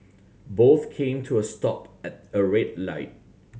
both came to a stop at a red light